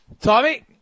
Tommy